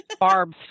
Barb